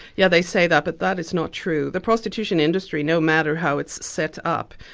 yeah they say that, but that is not true. the prostitution industry, no matter how it's set up,